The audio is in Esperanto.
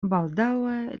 baldaŭe